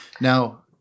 now